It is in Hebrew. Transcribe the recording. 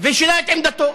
ושינה את עמדתו,